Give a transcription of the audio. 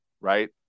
right